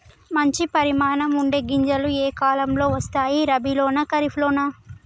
మంచి పరిమాణం ఉండే గింజలు ఏ కాలం లో వస్తాయి? రబీ లోనా? ఖరీఫ్ లోనా?